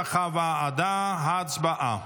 כנוסח הוועדה, הצבעה.